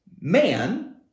man